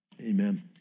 amen